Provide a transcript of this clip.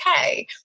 okay